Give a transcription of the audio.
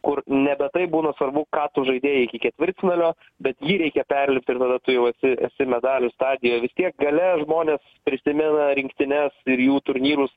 kur nebe taip būna svarbu ką tu žaidei iki ketvirtfinalio bet jį reikia perlipt ir tada tu jau esi medalių stadijoj vistiek gale žmonės prisimena rinktines ir jų turnyrus